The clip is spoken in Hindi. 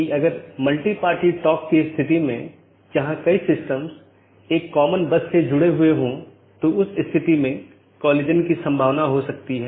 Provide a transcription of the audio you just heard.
इसलिए एक मल्टीहोम एजेंट ऑटॉनमस सिस्टमों के प्रतिबंधित सेट के लिए पारगमन कि तरह काम कर सकता है